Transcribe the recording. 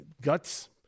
guts